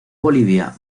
bolivia